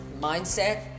mindset